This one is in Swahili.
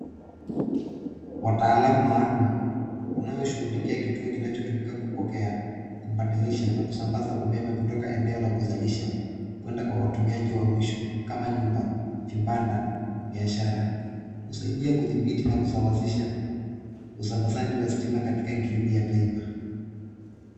Wataalamu maalum wanaoshughulikia kituo kinachotumika kupokea, kubadilisha na kusambaza umeme kutoka eneo la kuzalisha, kuenda kwa watumiaji wa mwisho kama nyumba, vibanda, biashara. Husaidia kudhibiti na kusawazisha usambazaji wa stima katika gridi ya taifa.